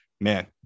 man